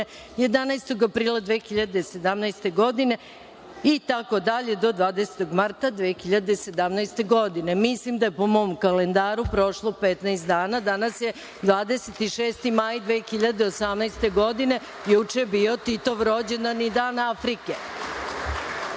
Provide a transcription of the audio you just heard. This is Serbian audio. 11. aprila 2017. godine i tako dalje, do 20. marta 2017. godine. Mislim da je po mom kalendaru prošlo 15 dana. Danas je 26. maj 2017. godine. juče je bio Titov rođendan i Dan Afrike. Znači,